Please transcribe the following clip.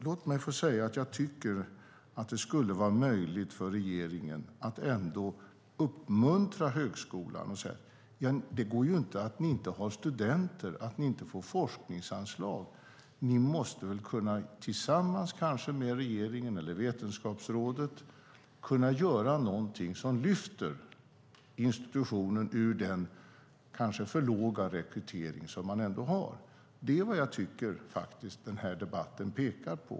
Låt mig få säga att jag tycker att det skulle vara möjligt för regeringen att uppmuntra högskolan och säga: Det går ju inte att ni inte har studenter, att ni inte får forskningsanslag - ni måste väl, kanske tillsammans med regeringen eller Vetenskapsrådet, kunna göra något som lyfter institutionen ur den kanske för låga rekrytering som man har. Det är vad jag tycker att debatten pekar på.